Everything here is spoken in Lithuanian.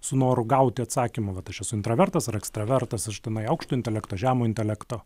su noru gauti atsakymą vat aš esu intravertas ar ekstravertas aš tenai aukšto intelekto žemo intelekto